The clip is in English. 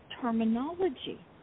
terminology